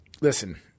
listen